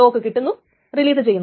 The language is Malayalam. ലോക്ക് കിട്ടുന്നു റിലീസ് ചെയ്യുന്നു